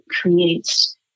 creates